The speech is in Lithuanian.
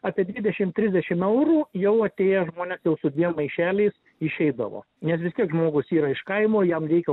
apie dvidešim trisdešim eurų jau atėję žmonės jau su dviem maišeliais išeidavo nes vis tiek žmogus yra iš kaimo jam reikia